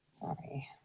Sorry